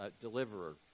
deliverer